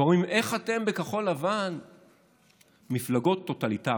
ואומרים: איך אתם בכחול לבן מפלגות טוטליטריות?